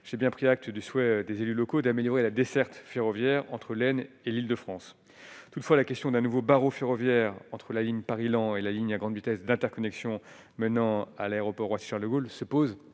j'ai bien pris acte du souhait des élus locaux, d'améliorer la desserte ferroviaire entre l'est et l'Île-de-France, toutefois, la question d'un nouveau barreau ferroviaire entre la ligne Paris-Laon et la ligne à grande vitesse d'interconnexion menant à l'aéroport Roissy- Charles-de-Gaulle se pose